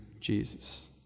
Jesus